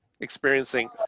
experiencing